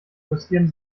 fokussieren